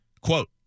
Quote